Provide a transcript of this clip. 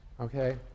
Okay